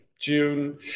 June